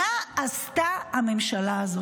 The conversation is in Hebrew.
מה עשתה הממשלה הזאת,